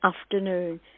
afternoon